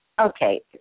Okay